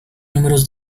números